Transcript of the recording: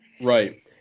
Right